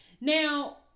now